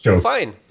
Fine